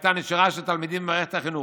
הייתה נשירה של תלמידים ממערכת החינוך.